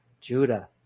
Judah